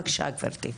בבקשה גבירתי.